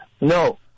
No